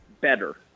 better